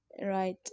right